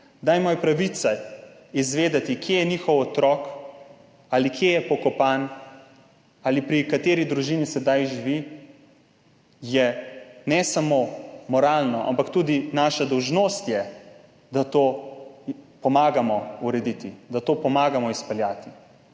imajo pravico izvedeti, kje je njihov otrok, kje je pokopan ali pri kateri družini sedaj živi, je ne samo moralno, ampak je tudi naša dolžnost, da to pomagamo urediti, da to pomagamo izpeljati.